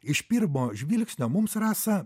iš pirmo žvilgsnio mums rasa